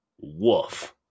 Woof